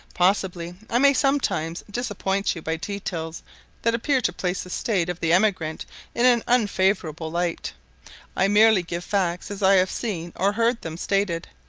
possibly i may sometimes disappoint you by details that appear to place the state of the emigrant in an unfavourable light i merely give facts as i have seen, or heard them stated.